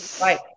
Right